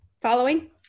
following